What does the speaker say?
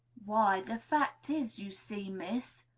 why, the fact is, you see, miss,